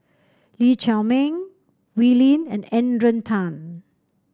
Lee Chiaw Meng Wee Lin and Adrian Tan